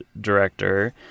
director